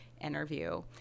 interview